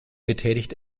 betätigt